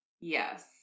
Yes